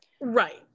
right